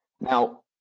Now